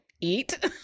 eat